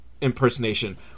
impersonation